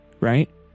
Right